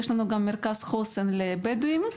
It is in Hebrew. יש לנו גם מרכז חוסן לבדואים,